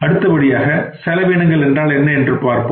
அடுத்தபடியாக செலவினங்கள் என்றால் என்ன என்று பார்ப்போம்